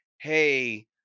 hey